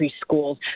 Schools